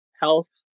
Health